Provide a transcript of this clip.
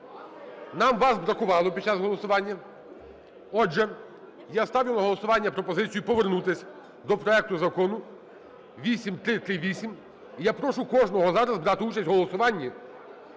Нам вас бракувало під час голосування. Отже я ставлю на голосування пропозицію повернутися до проекту Закону 8338. І я прошу кожного зараз брати участь у голосуванні,